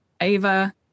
Ava